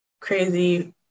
crazy